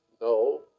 No